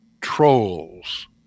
Trolls